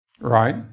Right